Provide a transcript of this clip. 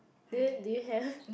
do you do you have